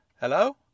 Hello